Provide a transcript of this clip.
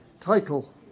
title